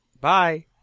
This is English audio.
Bye